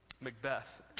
Macbeth